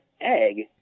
egg